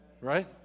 Right